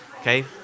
okay